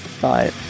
bye